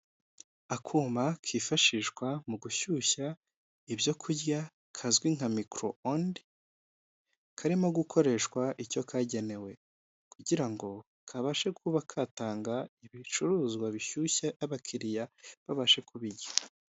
Akuma kifashishwa mu gushyushya ibyokurya kazwi nka mikoronde karimo gukoreshwa icyo kagenewe kugira ngo kabashe kuba katanga ibicuruzwa bishyushye abakiriya babashe kubirya.